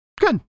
Good